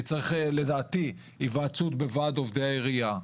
לדעתי צריך היוועצות בוועד עובדי העירייה.